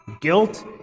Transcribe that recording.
guilt